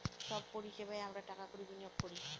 সব পরিষেবায় আমরা টাকা কড়ি বিনিয়োগ করি